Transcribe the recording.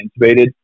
intubated